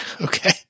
Okay